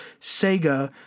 Sega